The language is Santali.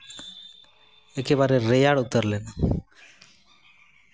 ᱮᱠᱮᱵᱟᱨᱮ ᱨᱮᱭᱟᱲ ᱩᱛᱟᱹᱨ ᱞᱮᱱᱟ